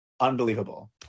unbelievable